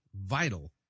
vital